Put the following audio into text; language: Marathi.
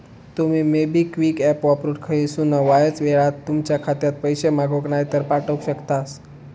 तुमी मोबिक्विक ऍप वापरून खयसूनय वायच येळात तुमच्या खात्यात पैशे मागवक नायतर पाठवक शकतास